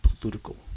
political